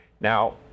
now